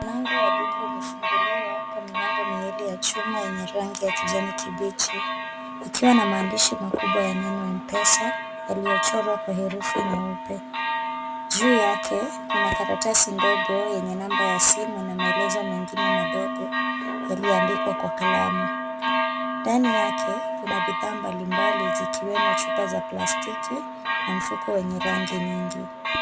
Mlango wa duka umefunguliwa kwa milango miwili ya chuma yenye rangi ya kijani kibichi, ikiwa na maandishi makubwa ya neno M-Pesa yaliyochorwa kwa herufi nyeupe. Juu yake kuna karatasi ndogo yenye namba ya simu na maelezo mengine madogo yaliyoandikwa kwa kalamu. Ndani yake kuna bidhaa mbalimbali zikiwemo chupa za plastiki na mfuko wenye rangi nyingi.